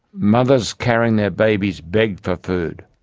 mothers carrying their babies begged for food,